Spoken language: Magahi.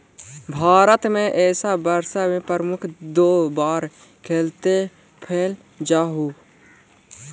भारत में एक वर्ष में मुख्यतः दो बार खेती कैल जा हइ